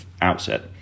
outset